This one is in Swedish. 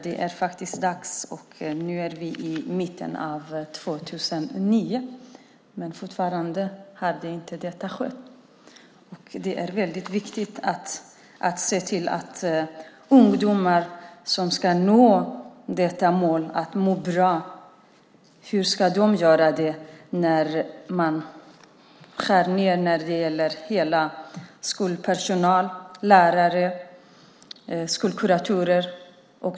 Det är faktiskt dags. Nu är vi i mitten av 2009, men fortfarande har inte detta skett. Det är väldigt viktigt att se till att ungdomar som ska nå sina mål mår bra. Hur ska de kunna göra det när man skär ned bland skolpersonal, lärare och skolkuratorer?